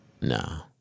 No